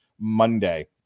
Monday